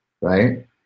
right